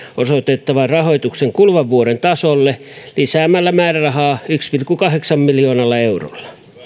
osoitettavan rahoituksen kuluvan vuoden tasolle lisäämällä määrärahaa yhdellä pilkku kahdeksalla miljoonalla eurolla